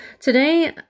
Today